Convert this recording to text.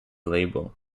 label